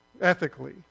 ethically